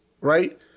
right